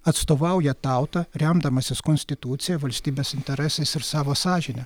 atstovauja tautą remdamasis konstitucija valstybės interesais ir savo sąžine